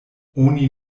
oni